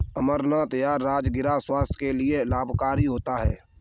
अमरनाथ या राजगिरा स्वास्थ्य के लिए लाभकारी होता है